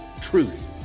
truth